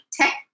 tech